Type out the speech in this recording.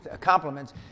compliments